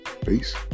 Peace